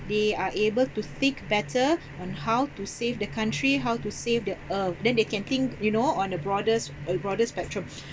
they are able to seek better on how to save the country how to save the earth then they can think you know on the broaders uh broader spectrum